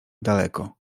daleko